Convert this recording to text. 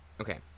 okay